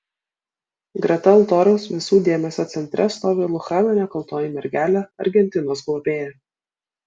greta altoriaus visų dėmesio centre stovi luchano nekaltoji mergelė argentinos globėja